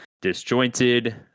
disjointed